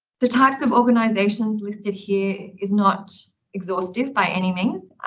the types of organizations listed here is not exhaustive by any means,